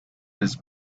his